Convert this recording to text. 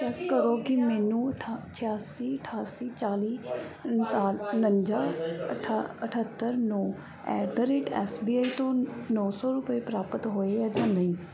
check ਕਰੋ ਕਿ ਮੈਨੂੰ ਛਿਆਸੀ ਅਠਾਸੀ ਚਾਲੀ ਉਨੰਜਾ ਅਠੱਤਰ ਨੌਂ ਐਟ ਦਾ ਰੇਟ ਐਸ ਬੀ ਆਈ ਤੋਂ ਨੌਂ ਸੌ ਰੁਪਏ ਪ੍ਰਾਪਤ ਹੋਏ ਹੈ ਜਾਂ ਨਹੀਂ